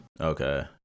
Okay